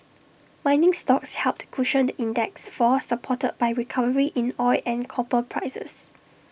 mining stocks helped cushion the index's fall supported by recovery in oil and copper prices